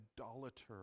idolater